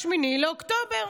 ב-8 באוקטובר,